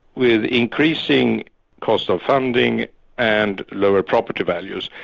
with increasing cost of funding and lower property values,